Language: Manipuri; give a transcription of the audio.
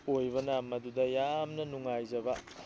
ꯑꯣꯏꯕꯅ ꯃꯗꯨꯗ ꯌꯥꯝꯅ ꯅꯨꯡꯉꯥꯏꯖꯕ